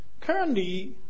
currently